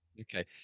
Okay